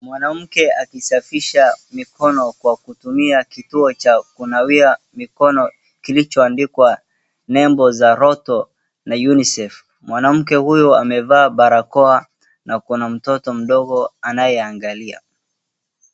Mwanamke akisafisha mikono kwa kutumia kituo cha kunawia mikono kilichoandikwa nembo za Roto na UNICEF. Mwanamke huyu amevaa barakoa na kuna mtoto mdogo anayeangalia.